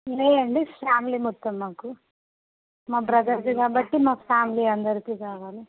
ఉన్నాయండి ఫ్యామిలీ మొత్తం మాకు మా బ్రదర్ది కాబట్టి మా ఫ్యామిలీ అందరికీ కావాలి